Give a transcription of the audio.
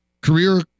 Career